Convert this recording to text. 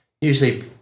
usually